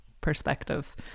perspective